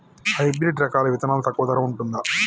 Hybrid రకాల విత్తనాలు తక్కువ ధర ఉంటుందా?